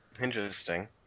Interesting